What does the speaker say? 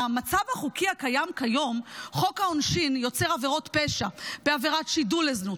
במצב החוקי הקיים כיום חוק העונשין יוצר עבירות פשע בעבירת שידול לזנות,